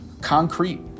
concrete